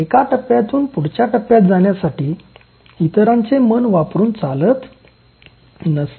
एका टप्यातून पुढच्या टप्यात जाण्यासाठी इतरांचे मन वापरून चालत नसते